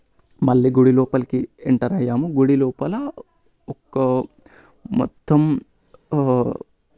మళ్ళీ గుడి లోపలకి ఎంటర్ అయ్యాము గుడి లోపల ఒక్కో మొత్తం